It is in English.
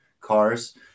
cars